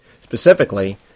specifically